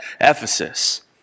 Ephesus